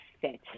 fit